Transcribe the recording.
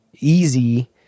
easy